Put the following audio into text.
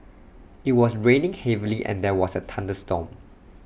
IT was raining heavily and there was A thunderstorm